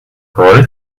brolly